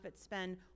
spend